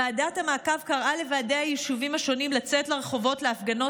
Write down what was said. ועדת המעקב קראה לוועדי היישובים השונים לצאת לרחובות להפגנות